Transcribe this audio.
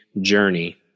journey